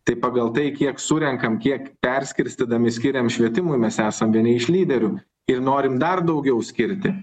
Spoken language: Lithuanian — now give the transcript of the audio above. tai pagal tai kiek surenkam kiek perskirstydami skiriam švietimui mes esam vieni iš lyderių ir norim dar daugiau skirti